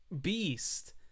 Beast